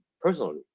personally